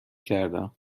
کردم